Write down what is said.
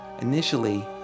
Initially